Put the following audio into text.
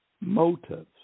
motives